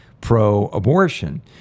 pro-abortion